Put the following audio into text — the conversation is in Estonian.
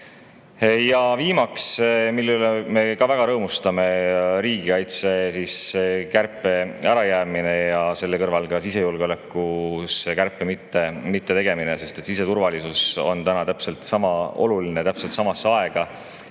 Ja viimaks, mille üle me ka väga rõõmustame, on riigikaitsekärpe ärajäämine ja selle kõrval ka sisejulgeolekus kärpe mittetegemine. Siseturvalisus on ju praegu täpselt sama oluline. Täpselt samasse aega